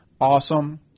Awesome